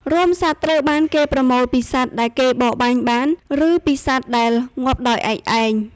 រោមសត្វត្រូវបានគេប្រមូលពីសត្វដែលគេបរបាញ់បាន ឬពីសត្វដែលងាប់ដោយឯកឯង។